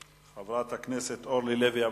וחברת הכנסת אורלי לוי אבקסיס,